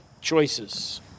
choices